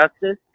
justice